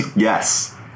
yes